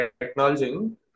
acknowledging